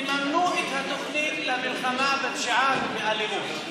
יממנו את התוכנית למלחמה בפשיעה באלימות.